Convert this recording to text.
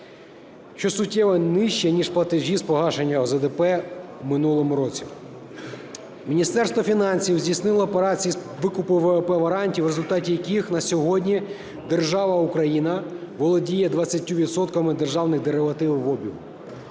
що суттєво нижче ніж платежі з погашення ОЗДП в минулому році. Міністерство фінансів здійснило операції з викупу ВВП-варантів, в результаті яких на сьогодні держава Україна володіє 20 відсотками державних деривативів в обігу.